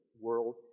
world